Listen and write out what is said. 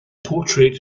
portrait